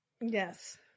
Yes